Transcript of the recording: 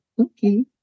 Okay